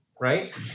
right